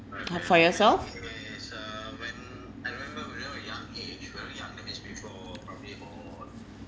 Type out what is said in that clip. ha for yourself